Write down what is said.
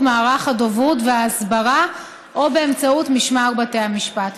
מערך הדוברות וההסברה או באמצעות משמר בתי המשפט.